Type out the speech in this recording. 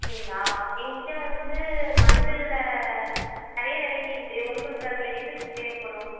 அப்படிங்ளா எங்கள்கிட்ட வந்து மஞ்சளில் நிறைய வெரைட்டி இருக்கு உங்ககளுக்கு அதில் எது தேவைப்படும்